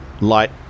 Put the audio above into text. light